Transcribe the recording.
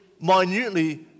minutely